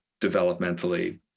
developmentally